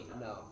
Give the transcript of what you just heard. No